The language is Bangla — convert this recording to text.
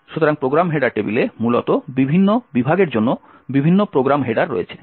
সুতরাং প্রোগ্রাম হেডার টেবিলে মূলত বিভিন্ন বিভাগের জন্য বিভিন্ন প্রোগ্রাম হেডার রয়েছে